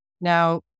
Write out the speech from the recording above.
Now